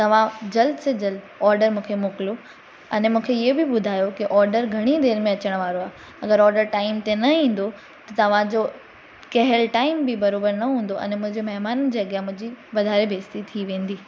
तव्हां जल्द से जल्द ऑडर मूंखे मोकिलयो अने मूंखे ईअ बि ॿुधायो की ऑडर घणी देरि में अचण वारो आहे अगरि ऑडर टाइम ते न ईंदो त तव्हांजो कैहल टाइम बि बराबरि न हूंदो आहे अने मुंहिंजे महिमाननि जे अॻियां मुंहिंजी वाधारे बेस्ती थी वेंदी